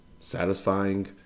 satisfying